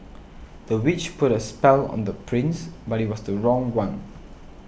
the witch put a spell on the prince but it was the wrong one